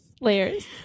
layers